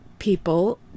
people